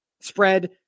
spread